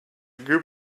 group